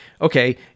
okay